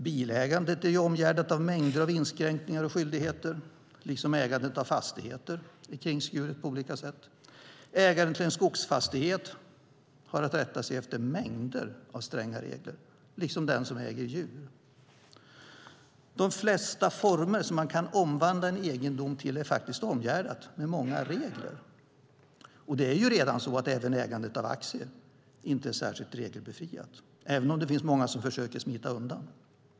Bilägandet är omgärdat av mängder av inskränkningar och skyldigheter, liksom ägandet av fastigheter är kringskuret på olika sätt. Ägaren till en skogsfastighet har att rätta sig efter mängder av stränga regler, liksom den som äger djur. De flesta former som man kan omvandla en egendom till är faktiskt omgärdade med många regler. Och det är ju redan så att även ägandet av aktier inte är särskilt regelbefriat, även om det finns många som försöker smita undan.